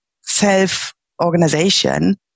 self-organization